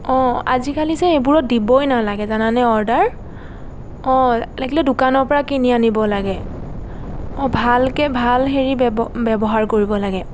অঁ আজিকালি যে এইবোৰত দিবই নালাগে জানানে অৰ্ডাৰ অঁ লাগিলে দোকানৰ পৰা কিনি আনিব লাগে অঁ ভালকৈ ভাল হেৰি ব্যব ব্যৱহাৰ কৰিব লাগে